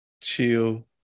chill